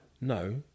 no